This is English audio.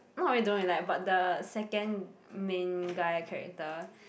not really don't really like but the second main guy character